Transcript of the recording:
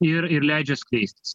ir ir leidžia skleistis